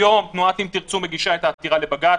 היום תנועת אם תרצו מגישה את העתירה לבג"ץ.